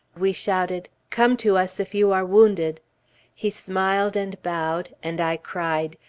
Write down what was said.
we shouted come to us, if you are wounded he smiled and bowed, and i cried,